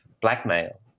blackmail